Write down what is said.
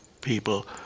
People